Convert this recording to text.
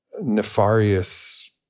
nefarious